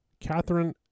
Catherine